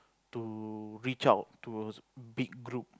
to reach out to big group